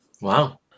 Wow